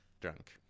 drunk